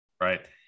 right